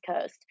coast